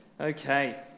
Okay